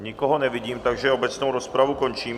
Nikoho nevidím, takže obecnou rozpravu končím.